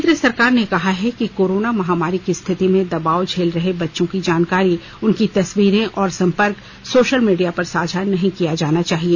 केंद्र सरकार ने कहा है कि कोरोना महामारी की स्थिति में दबाव झेल रहे बच्चों की जानकारी उनकी तस्वीरें और संपर्क सोशल मीडिया पर साझा नहीं किया जाना चाहिए